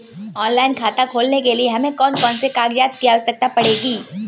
Online खाता खोलने के लिए हमें कौन कौन से कागजात की आवश्यकता पड़ेगी?